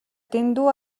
дэндүү